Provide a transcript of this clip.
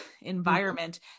environment